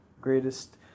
greatest